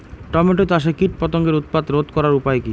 Tomato চাষে কীটপতঙ্গের উৎপাত রোধ করার উপায় কী?